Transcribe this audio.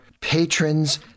patrons